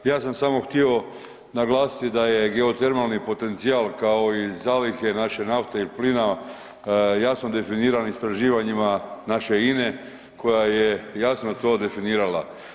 Ja sam samo htio naglasiti da je geotermalni potencijal, kao i zalihe naše nafte i plina jasno definiran istraživanjima naše INA-e koja je jasno to definirala.